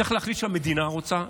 צריך להחליט שהמדינה רוצה.